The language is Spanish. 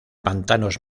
pantanos